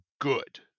good